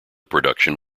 production